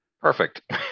Perfect